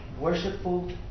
Worshipful